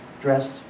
dressed